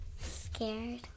Scared